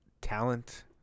talent